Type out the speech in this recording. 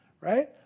Right